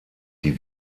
die